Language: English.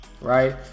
right